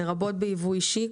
לרבות בייבוא אישי,